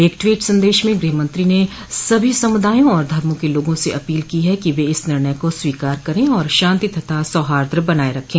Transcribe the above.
एक ट्वीट संदेश में गृहमंत्री ने सभी समुदाय और धर्मों के लोगों से अपील की है कि वे इस निर्णय को स्वीकार करें और शांति तथा सौहार्द बनाये रखें